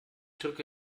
drücke